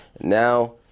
Now